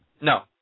No